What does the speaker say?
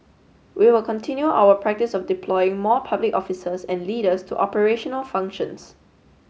we will continue our practice of deploying more public officers and leaders to operational functions